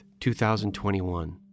2021